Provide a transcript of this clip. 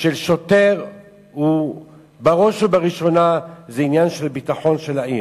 של שוטר הוא בראש ובראשונה הביטחון של העיר,